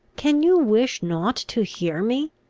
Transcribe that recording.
can you wish not to hear me?